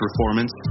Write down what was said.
performance